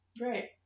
Right